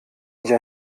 nicht